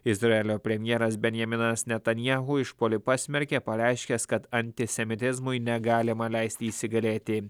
izraelio premjeras benjaminas netanjahu išpuolį pasmerkė pareiškęs kad antisemitizmui negalima leisti įsigalėti